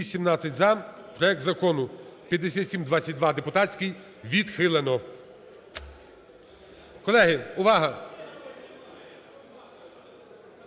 Проект Закону 5722 (депутатський) відхилено.